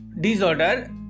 disorder